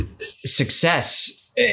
success